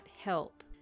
help